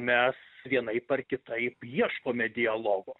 mes vienaip ar kitaip ieškome dialogo